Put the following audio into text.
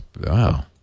Wow